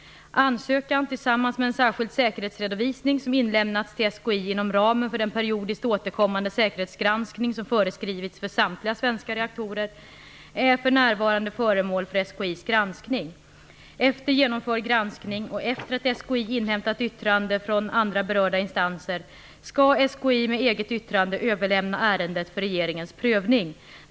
Ansökan är, tillsammans med en särskild säkerhetsredovisning som inlämnats till SKI inom ramen för den periodiskt återkommande säkerhetsgranskning som föreskrivits för samtliga svenska reaktorer, för närvarande föremål för SKI:s granskning. Efter genomförd granskning, och efter att SKI inhämtat yttrande från andra berörda instanser, skall SKI med eget yttrande överlämna ärendet för regeringens prövning.